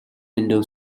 window